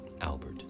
Albert